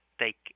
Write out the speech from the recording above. take